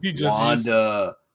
Wanda